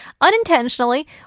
unintentionally